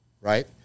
right